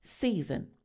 season